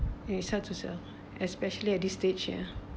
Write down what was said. a such as uh especially at this stage here